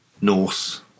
Norse